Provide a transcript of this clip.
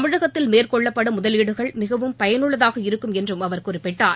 தமிழகத்தில் மேற்கொள்ளப்படும் முதலீடுகள் மிகவும் பயனுள்ளதாக இருக்கும் என்றும் அவர் குறிப்பிட்டார்